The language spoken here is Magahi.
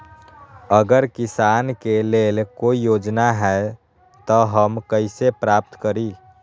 अगर किसान के लेल कोई योजना है त हम कईसे प्राप्त करी?